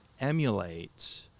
emulate